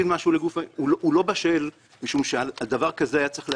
הוא לא בשל משום שעל דבר כזה צריך היה